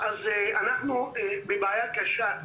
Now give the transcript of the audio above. אנחנו בבעיה קשה.